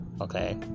Okay